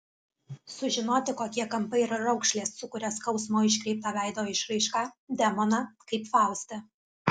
sužinoti kokie kampai ir raukšlės sukuria skausmo iškreiptą veido išraišką demoną kaip fauste